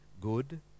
good